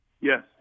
Yes